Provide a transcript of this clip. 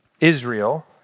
Israel